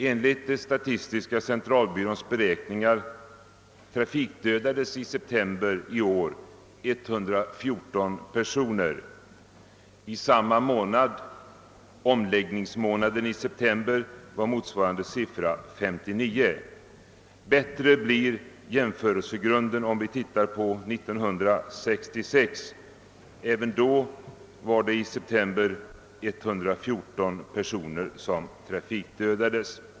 Enligt statistiska centralbyråns beräkningar trafikdödades under september månad i år 114 personer. I samma månad föregående år, omläggningsmånaden september, var motsvarande siffra 59. Bättre blir jämförelsegrunden om vi ser på år 1966. Även då var det i september 114 personer som trafikdödades.